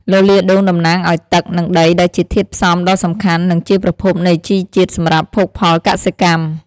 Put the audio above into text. លលាដ៍ដូងតំណាងឱ្យទឹក និងដី ដែលជាធាតុផ្សំដ៏សំខាន់ និងជាប្រភពនៃជីជាតិសម្រាប់ភោគផលកសិកម្ម។